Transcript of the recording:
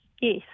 Yes